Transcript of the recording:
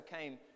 came